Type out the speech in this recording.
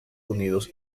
unidos